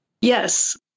Yes